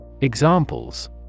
Examples